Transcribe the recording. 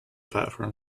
platform